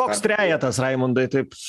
koks trejetas raimundai taip